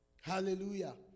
Hallelujah